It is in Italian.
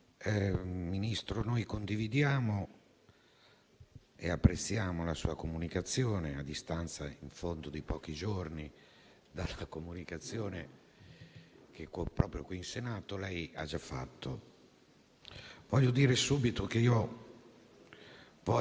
Spesso in Italia accade che nei momenti più difficili la comunità riesce a trovare la capacità di stare insieme e di rispondere anche oltre, e a volte meglio, delle sue classi dirigenti;